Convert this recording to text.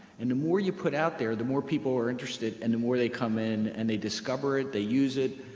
and the more you put out there, the more people are interested, and the more they come in and they discover it, they use it.